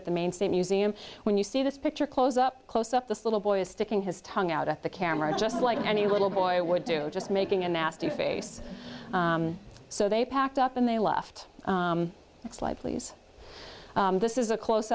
at the maine state museum when you see this picture close up close up this little boy is sticking his tongue out at the camera just like any little boy would do just making a nasty face so they packed up and they left it's like please this is a close